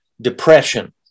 depression